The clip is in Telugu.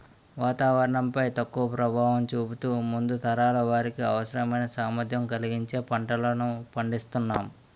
వాతావరణం పై తక్కువ ప్రభావం చూపుతూ ముందు తరాల వారికి అవసరమైన సామర్థ్యం కలిగించే పంటలను పండిస్తునాం